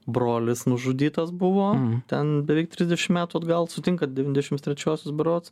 brolis nužudytas buvo ten beveik trisdešim metų atgal sutinkat devyniasdešim trečiuosius berods